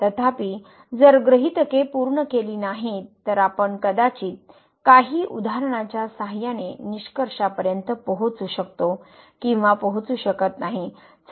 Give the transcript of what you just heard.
तथापि जर गृहीतके पूर्ण केली नाहीत तर आपण कदाचित काही उदाहरणाच्या साहाय्याने निष्कर्षापर्यंत पोहोचू शकता किंवा पोहोचू शकत नाही